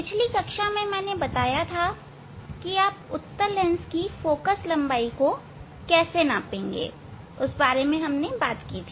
पिछली कक्षा में मैंने बताया था कि उत्तल लेंस की फोकल लंबाई को कैसे मापा जाता हैं